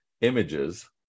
images